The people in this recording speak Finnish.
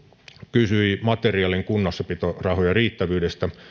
kysyi materiaalin kunnossapitorahojen riittävyydestä